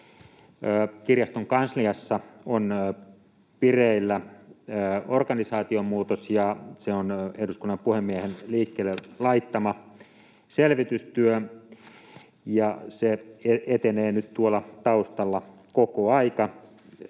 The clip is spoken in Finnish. Kirjaston kansliassa on vireillä organisaatiomuutos, ja se on eduskunnan puhemiehen liikkeelle laittama selvitystyö. Se etenee nyt tuolla taustalla koko ajan,